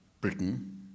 Britain